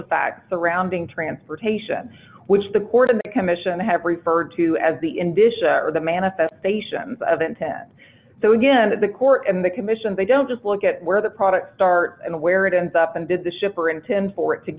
the facts surrounding transportation which the court and the commission have referred to as the in dish or the manifestation of intent so again that the court and the commission they don't just look at where the product start and where it ends up and did the shipper intend for it to